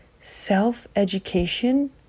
self-education